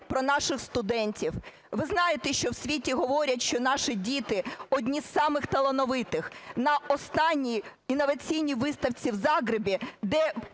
про наших студентів. Ви знаєте, що в світі говорять, що наші діти одні з самих талановитих? На останній інноваційній виставці в Загребі, де